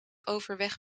overweg